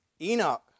Enoch